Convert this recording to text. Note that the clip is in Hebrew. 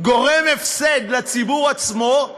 גורם הפסד לציבור עצמו,